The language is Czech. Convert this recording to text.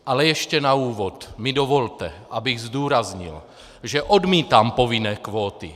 Ale ještě na úvod mi dovolte, abych zdůraznil, že odmítám povinné kvóty!